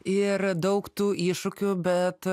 ir daug tų iššūkių bet